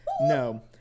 No